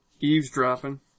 Eavesdropping